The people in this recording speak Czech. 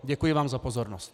Děkuji vám za pozornost.